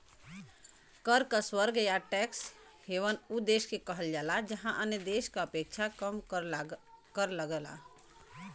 कर क स्वर्ग या टैक्स हेवन उ देश के कहल जाला जहाँ अन्य देश क अपेक्षा कम कर लगला